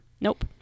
Nope